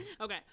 Okay